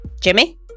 Jimmy